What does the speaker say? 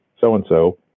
so-and-so